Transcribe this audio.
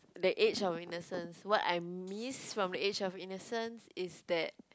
the age of innocence what I miss from the age of innocence is that